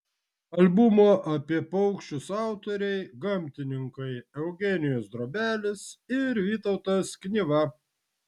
albumo apie paukščius autoriai gamtininkai eugenijus drobelis ir vytautas knyva